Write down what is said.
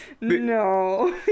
no